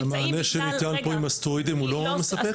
והמענה שניתן פה עם הסטרואידים לא מספק?